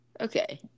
Okay